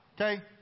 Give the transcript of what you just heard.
Okay